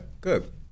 good